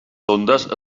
sondes